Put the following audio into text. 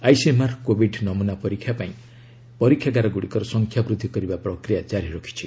ICMR Covid ନମ୍ମନା ପରୀକ୍ଷା ପାଇଁ ପରୀକ୍ଷାଗାର ଗ୍ରଡ଼ିକର ସଂଖ୍ୟା ବୃଦ୍ଧି କରିବା ପ୍ରକ୍ରିୟା କାରି ରଖିଛି